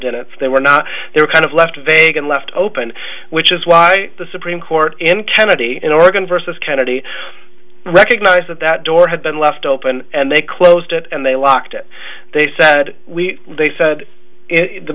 if they were not they're kind of left vague and left open which is why the supreme court in kennedy in oregon versus kennedy recognized that that door had been left open and they closed it and they locked it they sat we they said